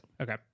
Okay